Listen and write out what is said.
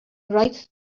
writes